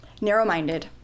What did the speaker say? narrow-minded